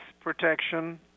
protection